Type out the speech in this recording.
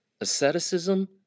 asceticism